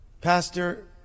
Pastor